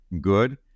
good